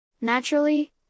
Naturally